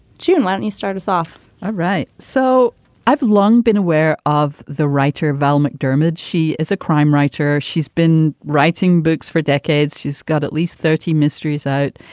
june, why don't you start us off? all right so i've long been aware of the writer, val mcdermid. she is a crime writer. she's been writing books for decades. she's got at least thirty mysteries out.